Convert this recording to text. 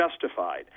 justified